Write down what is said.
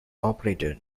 operated